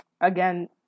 Again